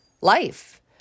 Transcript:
life